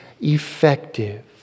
effective